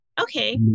Okay